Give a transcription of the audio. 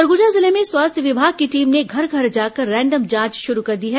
सरगुजा जिले में स्वास्थ्य विभाग की टीम ने घर घर जाकर रैंडम जांच शुरू कर दी है